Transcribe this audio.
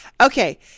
okay